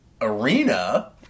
arena